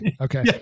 Okay